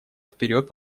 вперед